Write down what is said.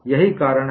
यह कारण है